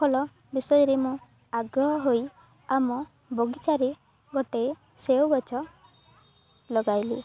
ଫଳ ବିଷୟରେ ମୁଁ ଆଗ୍ରହ ହୋଇ ଆମ ବଗିଚାରେ ଗୋଟେ ସେଓ ଗଛ ଲଗାଇଲି